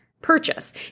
Purchase